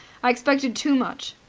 i expected too much.